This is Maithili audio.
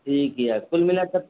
ठीक यए कुल मिला कऽ